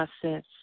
process